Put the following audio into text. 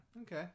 Okay